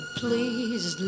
please